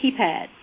keypad